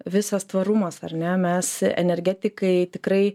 visas tvarumas ar ne mes energetikai tikrai